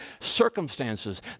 circumstances